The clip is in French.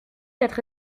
être